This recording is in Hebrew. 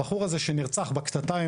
הבחור הזה שנרצח בקטטה,